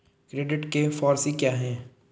Credit के four C क्या हैं?